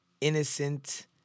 innocent